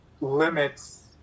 limits